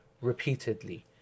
repeatedly